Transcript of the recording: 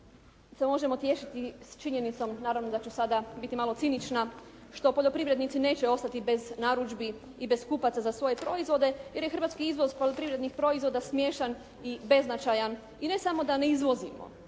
se možemo tješiti s činjenicom naravno da ću sada biti malo cinična što poljoprivrednici neće ostati bez narudžbi i bez kupaca za svoje proizvode, jer je hrvatski izvoz poljoprivrednih proizvoda smiješan i beznačajan i ne samo da ne izvozimo.